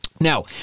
now